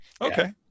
Okay